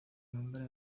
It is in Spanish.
nombre